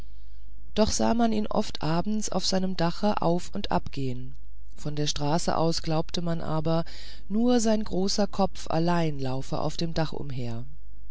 doch sah man ihn oft abends auf seinem dache auf und ab gehen von der straße aus glaubte man aber nur sein großer kopf allein laufe auf dem dache umher